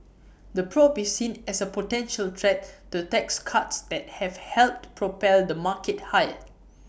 the probe is seen as A potential threat to tax cuts that have helped propel the market higher